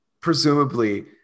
presumably